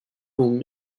whom